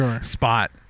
spot